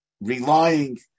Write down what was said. relying